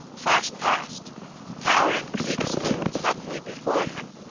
flashed past towering peaks loomed suddenly before him,